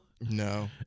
No